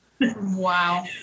Wow